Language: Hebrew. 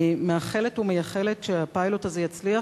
אני מאחלת ומייחלת שהפיילוט הזה יצליח